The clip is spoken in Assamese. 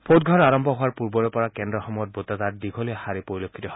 ভোটগ্ৰহণ আৰম্ভ হোৱাৰ পূৰ্বৰে পৰা কেন্দ্ৰসমূহত ভোটদাতাৰ দীঘলীয়া শাৰি পৰিলক্ষিত হয়